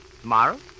Tomorrow